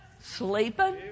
Sleeping